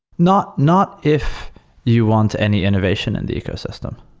not not if you want any innovation in the ecosystem.